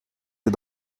des